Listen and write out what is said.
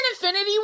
Infinity